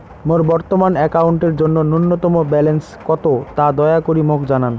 মোর বর্তমান অ্যাকাউন্টের জন্য ন্যূনতম ব্যালেন্স কত তা দয়া করি মোক জানান